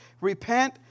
repent